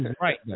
right